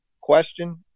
question